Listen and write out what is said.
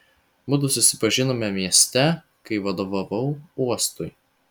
mudu susipažinome mieste kai vadovavau uostui